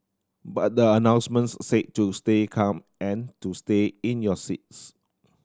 but the announcements say to stay calm and to stay in your seats